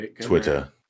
Twitter